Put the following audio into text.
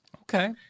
Okay